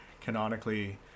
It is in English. canonically